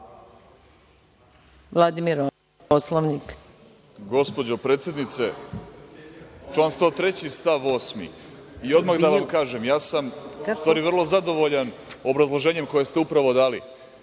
**Vladimir Orlić** Gospođo predsednice, član 103. stav 8. i odmah da vam kažem, ja sam u stvari vrlo zadovoljan obrazloženjem koje ste upravo dali